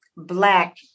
black